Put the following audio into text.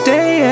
Day